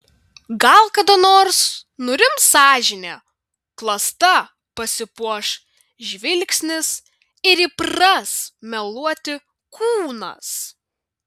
gal kada nors nurims sąžinė klasta pasipuoš žvilgsnis ir įpras meluoti kūnas